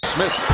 Smith